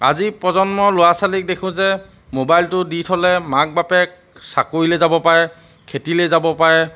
আজি প্ৰজন্মৰ ল'ৰা ছোৱালীক দেখোঁ যে মোবাইলটো দি থ'লে মাক বাপেক চাকৰিলৈ যাব পাৰে খেতিলৈ যাব পাৰে